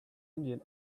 indian